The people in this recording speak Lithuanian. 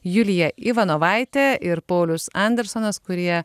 julija ivanovaitė ir paulius andersonas kurie